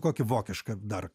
kokį vokišką dar